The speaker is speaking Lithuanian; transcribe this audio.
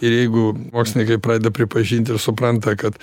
ir jeigu mokslininkai pradeda pripažint ir supranta kad